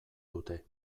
dute